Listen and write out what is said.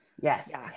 Yes